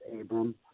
Abram